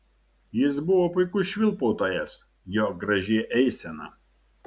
jis buvo puikus švilpautojas jo graži eisena